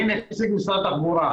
אני נציג משרד התחבורה.